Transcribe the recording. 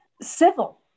civil